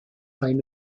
time